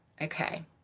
Okay